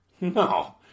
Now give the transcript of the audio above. No